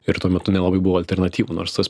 ir tuo metu nelabai buvo alternatyvų nors tas